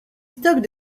stocks